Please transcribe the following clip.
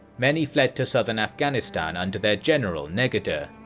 many fled to southern afghanistan under their general neguder,